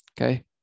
okay